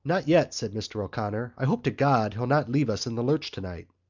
not yet, said mr. o'connor. i hope to god he'll not leave us in the lurch tonight.